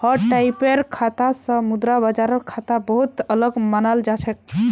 हर टाइपेर खाता स मुद्रा बाजार खाता बहु त अलग मानाल जा छेक